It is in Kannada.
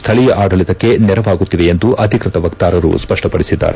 ಸ್ಥಳೀಯ ಆಡಳಿತಕ್ಕೆ ನೆರವಾಗುತ್ತಿವೆ ಎಂದು ಅಧಿಕೃತ ವಕ್ತಾರರು ಸ್ಪಷ್ಟವಡಿಸಿದ್ದಾರೆ